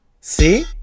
See